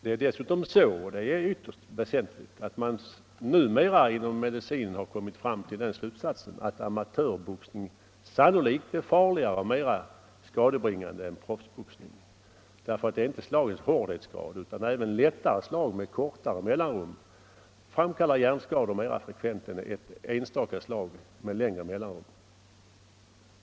Det är dessutom ytterst väsentligt att man numera inom medicinen har kommit till slutsatsen att amatörboxning sannolikt är mer skadebringande än proffsboxning. Det är inte slagens hårdhetsgrad som är avgörande, utan lättare slag med kortare mellanrum framkallar hjärnskador mera frekvent än enstaka slag med längre mellanrum.